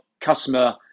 customer